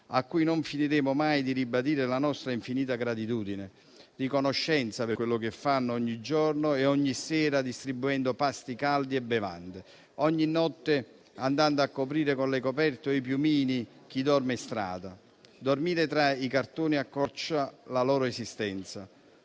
a cui non finiremo mai di ribadire la nostra infinita gratitudine e riconoscenza per quello che fanno ogni giorno e ogni sera, distribuendo pasti caldi e bevande, e ogni notte, andando a coprire con le coperte o i piumini chi dorme per strada. Dormire tra i cartoni accorcia la loro esistenza,